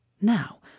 Now